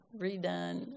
redone